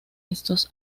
estos